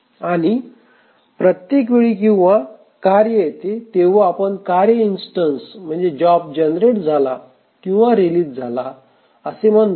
आणि आणि प्रत्येक वेळी किंवा कार्य येते तेव्हा आपण कार्य इंस्टंन्स म्हणजेच जॉब जनरेट झाला किंवा रिलीज झाला असे म्हणतो